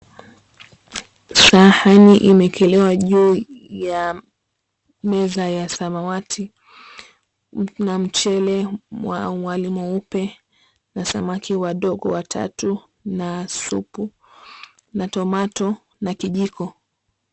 Sahani imeekelewa juu ya meza ya samawati na mchele mwa wali mweupe na samaki wadogo watatu na supu na tomato na kijiko.